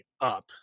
up